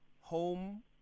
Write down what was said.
home